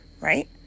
Right